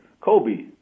Kobe